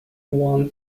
one